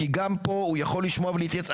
כי גם פה הוא יכול לשמוע ולהתייעץ.